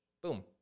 boom